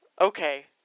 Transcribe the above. Okay